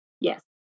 Yes